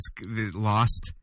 lost